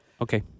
Okay